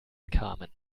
kamen